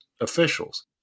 officials